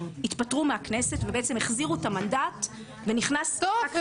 התפטרו מהכנסת והחזירו את המנדט ונכנס --- טוב.